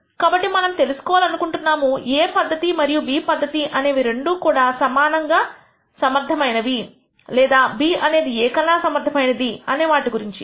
కాబట్టి మనము తెలుసుకోవాలి అనుకుంటున్నాము A పద్ధతి మరియు B పద్ధతి అనేది రెండూ కూడా సమానంగా సమర్థమైనవి లేదా B అనేది A కన్నా సమర్థమైనది అనే వాటి గురించి